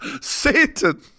Satan